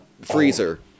freezer